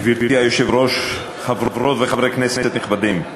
גברתי היושבת-ראש, חברות וחברי כנסת נכבדים,